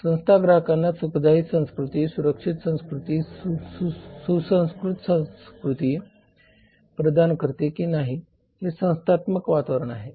संस्था ग्राहकांना सुखदायक संस्कृती सुरक्षित संस्कृती सुसंस्कृत संस्कृती प्रदान करते की नाही हे संस्थात्मक वातावरण आहे